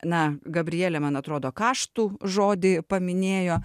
na gabrielė man atrodo kaštų žodį paminėjo